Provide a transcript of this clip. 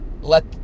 let